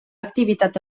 activitat